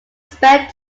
spend